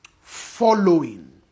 following